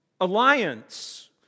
alliance